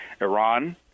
Iran –